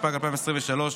התשפ"ג 2023,